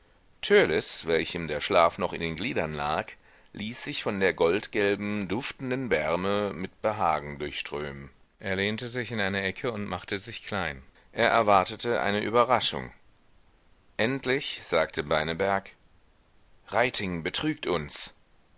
welchem der schlaf noch in den gliedern lag ließ sich von der goldgelben duftenden wärme mit behagen durchströmen er lehnte sich in eine ecke und machte sich klein er erwartete eine überraschung endlich sagte beineberg reiting betrügt uns